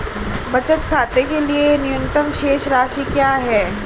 बचत खाते के लिए न्यूनतम शेष राशि क्या है?